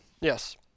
Yes